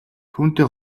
түүнтэй